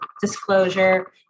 disclosure